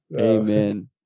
Amen